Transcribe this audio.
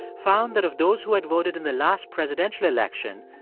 found that of those who had voted in the last presidential election,